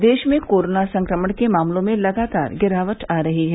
प्रदेश में कोरोना संक्रमण के मामलों में लगातार गिरावट आ रही है